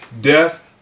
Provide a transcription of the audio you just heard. death